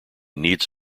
needs